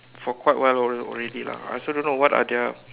for quite awhile already lah I also don't know what are their